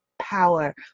Power